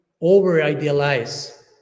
over-idealize